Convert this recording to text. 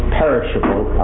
perishable